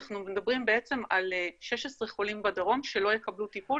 אנחנו מדברים על 16 חולים בדרום שלא יקבלו טיפול